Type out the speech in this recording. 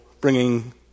bringing